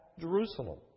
Jerusalem